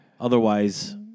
Otherwise